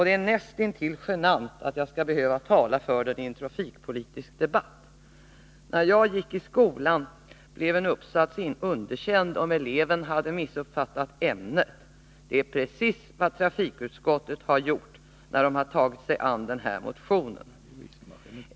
Det är näst intill genant att jag skall behöva tala för den i en trafikpolitisk debatt. När jag gick i skolan blev en uppsats underkänd om eleven hade missuppfattat ämnet. Det är precis vad trafikutskottet gjort när man tagit sig an den här motionen.